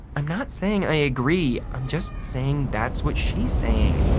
i'm not saying i agree, i'm just saying that's what she's saying.